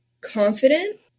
confident